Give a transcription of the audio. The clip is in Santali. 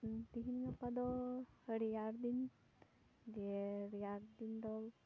ᱛᱤᱦᱤᱧ ᱜᱟᱯᱟ ᱫᱚ ᱨᱮᱭᱟᱲ ᱫᱤᱱ ᱡᱮ ᱨᱮᱭᱟᱲ ᱫᱤᱱ ᱫᱚ